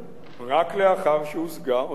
רק לאחר שהושגה אותה הסכמה